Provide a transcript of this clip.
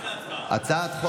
איזו הצבעה?